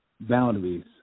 Boundaries